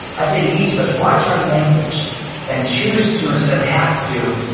i say to each of us, watch our language and choose to, instead of have to,